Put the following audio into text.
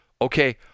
Okay